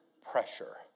pressure